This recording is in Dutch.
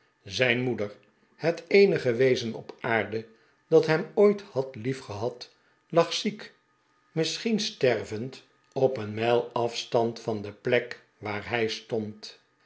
zijn moeder het eenige wezen op aarde dat hem ooit had liefgehad lag ziek misschien stervend op een mijl afstand van de plek waar hij stond